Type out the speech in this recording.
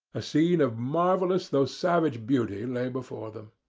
a scene of marvellous though savage beauty lay before them.